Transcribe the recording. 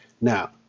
now